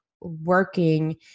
working